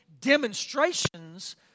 demonstrations